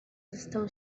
estão